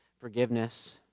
forgiveness